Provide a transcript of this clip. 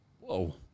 Whoa